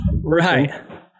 right